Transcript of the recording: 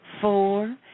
Four